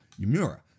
Yumura